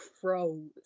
froze